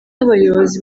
abayobozi